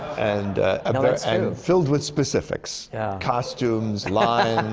and filled with specifics. yeah. costumes, lines.